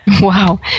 Wow